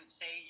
say